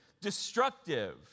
destructive